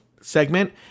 segment